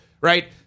right